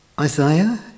Isaiah